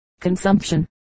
consumption